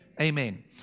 Amen